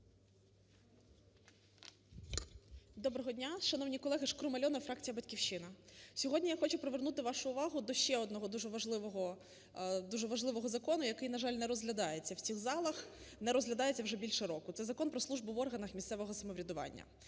Доброго дня, шановні колеги! Шкрум Альона, фракція "Батьківщина". Сьогодні я хочу привернути вашу увагу до ще одного дуже важливого закону, який, на жаль, не розглядається в цих залах, не розглядається вже більше року. Це Закон "Про службу в органах місцевого самоврядування".